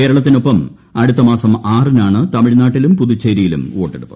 കേരളത്തിനൊപ്പം അടുത്ത മാസം ആറിനാണ് തമിഴ്നാട്ടിലും പുതുച്ചേരിയിലും വോട്ടെ ടുപ്പ്